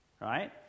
right